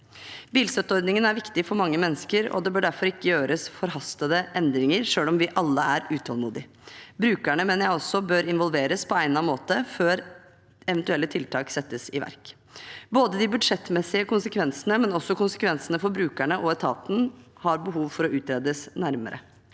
Bilstøtteordningen er viktig for mange mennesker, og det bør derfor ikke gjøres forhastede endringer, selv om vi alle er utålmodige. Jeg mener også at brukerne bør involveres på egnet måte før eventuelle tiltak settes i verk. Både de budsjettmessige konsekvensene og konsekvensene for brukerne og etaten har behov for å utredes nærmere.